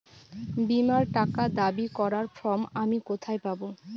বীমার টাকা দাবি করার ফর্ম আমি কোথায় পাব?